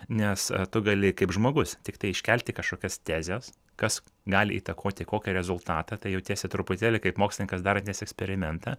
nes tu gali kaip žmogus tiktai iškelti kažkokias tezes kas gali įtakoti kokį rezultatą tai jautiesi truputėlį kaip mokslininkas darantis eksperimentą